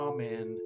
Amen